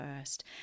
first